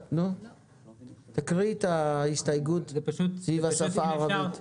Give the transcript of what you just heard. תקריאי את ההסתייגות סביב השפה הערבית.